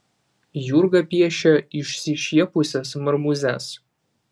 jurga piešia išsišiepusias marmūzes